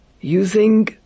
using